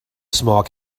small